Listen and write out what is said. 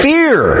Fear